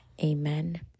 amen